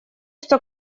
что